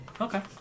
Okay